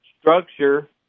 structure